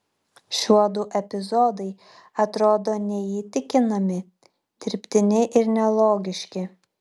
šiuodu epizodai atrodo neįtikinami dirbtini ir nelogiški